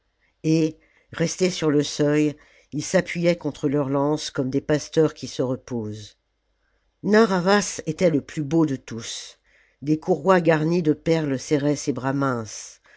et restés sur le seuil ils s'appuyaient contre leurs lances comme des pasteurs qui se reposent narr'havas était le plus beau de tous des courroies garnies de perles serraient ses bras minces